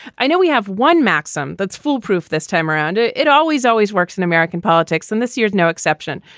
i know we have one maxim that's foolproof this time around. it it always, always works in american politics and this year's no exception.